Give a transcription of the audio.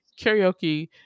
karaoke